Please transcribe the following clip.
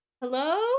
hello